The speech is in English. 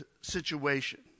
situation